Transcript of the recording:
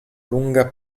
lunga